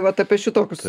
vat apie šitokius